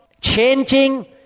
changing